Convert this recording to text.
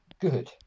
good